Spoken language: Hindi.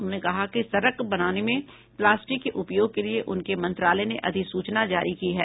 उन्होंने कहा कि सडक बनाने में प्लास्टिक के उपयोग के लिए उनके मंत्रालय ने अधिसूचना जारी की है